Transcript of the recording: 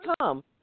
come